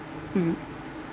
mm